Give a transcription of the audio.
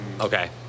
Okay